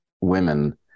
women